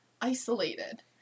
isolated